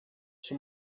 czy